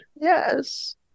Yes